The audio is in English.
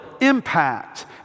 impact